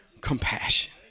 compassion